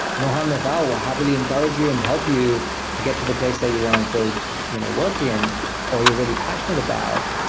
no harm, no foul. we'll happily encourage you and help you get to the place that you want to go you know work in or you're really passionate about.